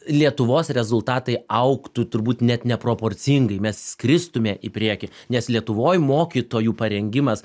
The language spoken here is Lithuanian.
lietuvos rezultatai augtų turbūt net neproporcingai mes skristume į priekį nes lietuvoj mokytojų parengimas